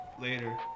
Later